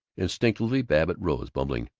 instinctively babbitt rose, bumbling,